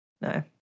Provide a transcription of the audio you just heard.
No